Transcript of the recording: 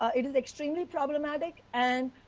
it is extremely problematic, and,